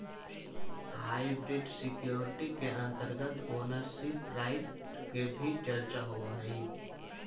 hybrid security के अंतर्गत ownership right के भी चर्चा होवऽ हइ